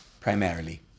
primarily